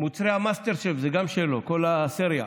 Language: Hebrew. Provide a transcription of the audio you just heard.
מוצרי המאסטר-שף זה גם שלו, כל הסריה,